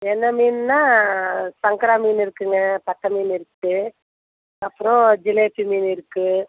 என்ன மீனுனா சங்கரா மீன் இருக்குங்க சக்க மீன் இருக்கு அப்புறம் ஜிலேபி மீன் இருக்கு